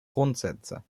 grundsätze